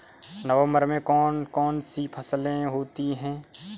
नवंबर में कौन कौन सी फसलें होती हैं?